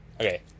Okay